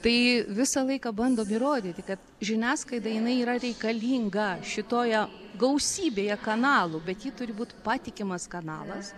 tai visą laiką bandom įrodyti kad žiniasklaida jinai yra reikalinga šitoje gausybėje kanalų bet ji turi būt patikimas kanalas